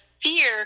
fear